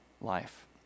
life